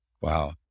Wow